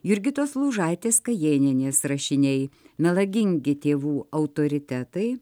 jurgitos lūžaitės kajėnienės rašiniai melagingi tėvų autoritetai